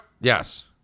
Yes